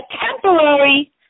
temporary